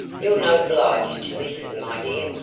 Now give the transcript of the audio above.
you're not obliged to listen, my dear,